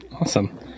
Awesome